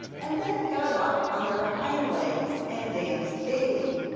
and then got up on their hind legs and danced gaily.